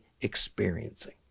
experiencing